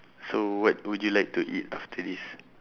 so what would you like to eat after this